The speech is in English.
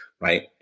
Right